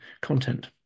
content